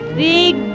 big